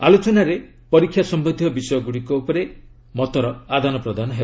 ଆଲୋଚନାରେ ପରୀକ୍ଷା ସମ୍ବନ୍ଧୀୟ ବିଷୟଗୁଡ଼ିକ ଉପରେ ମତର ଆଦାନ ପ୍ରଦାନ ହେବ